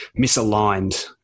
misaligned